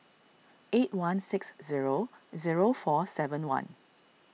eight one six zero zero four seven one